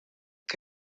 que